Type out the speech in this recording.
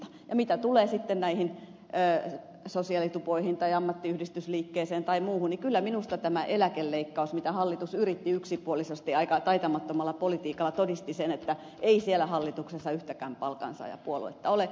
ja mitä tulee sitten sosiaalitupoihin tai ammattiyhdistysliikkeeseen tai muuhun niin kyllä minusta tämä eläkeleikkaus mitä hallitus yritti yksipuolisesti aika taitamattomalla politiikalla todisti sen että ei siellä hallituksessa yhtäkään palkansaajapuoluetta ole